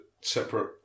separate